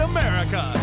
America